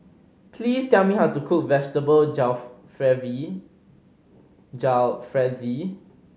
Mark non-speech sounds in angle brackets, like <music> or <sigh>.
please tell me how to cook Vegetable <unintelligible> Jalfrezi